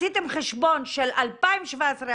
עשיתם חשבון של 2017,